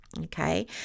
okay